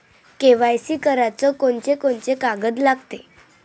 KYC कराच कोनचे कोनचे कागद लागते?